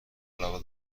علاقه